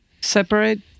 separate